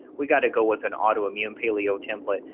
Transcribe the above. we got to go with an autoimmune paleo template.